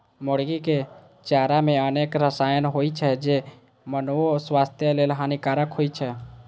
मुर्गीक चारा मे अनेक रसायन होइ छै, जे मानवो स्वास्थ्य लेल हानिकारक होइ छै